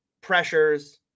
Pressures